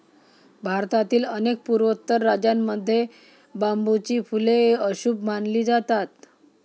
भारतातील अनेक पूर्वोत्तर राज्यांमध्ये बांबूची फुले अशुभ मानली जातात